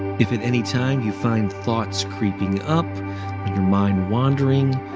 if at any time you find thoughts creeping up and your mind wandering,